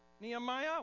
Nehemiah